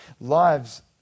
lives